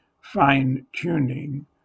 fine-tuning